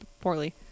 poorly